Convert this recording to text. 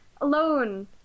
alone